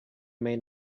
may